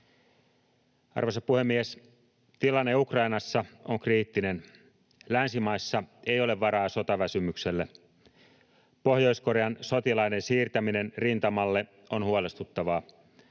Arvoisa puhemies! Tilanne Ukrainassa on kriittinen. Länsimaissa ei ole varaa sotaväsymykselle. Pohjois-Korean sotilaiden siirtäminen rintamalle on huolestuttavaa.